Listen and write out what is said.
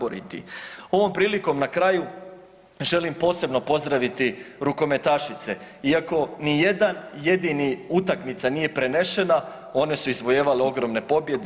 Ovom prilikom na kraju želim posebno pozdraviti rukometašice iako ni jedna jedina utakmica nije prenešena, one su izvojevale ogromne pobjede.